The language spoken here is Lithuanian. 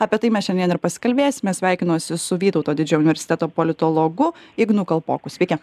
apie tai mes šiandien ir pasikalbėsime sveikinuosi su vytauto didžiojo universiteto politologu ignu kalpoku sveiki